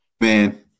man